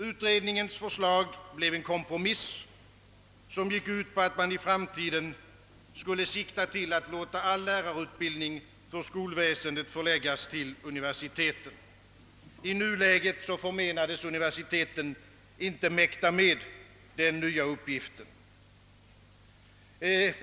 Utredningens förslag blev en kompromiss, som gick ut på att man i framtiden skulle sikta till att låta all lärarutbildning för skolväsendet förläggas till universiteten. I nuläget förmenades universiteten inte mäkta med den nya uppgiften.